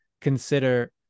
consider